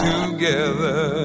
Together